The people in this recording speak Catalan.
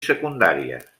secundàries